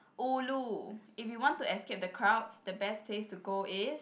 ulu if you want to escape the crowds the best place to go is